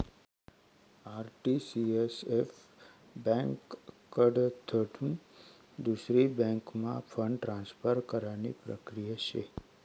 RTCSF ब्यांककडथून दुसरी बँकम्हा फंड ट्रान्सफर करानी प्रक्रिया शे